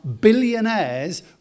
billionaires